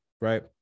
right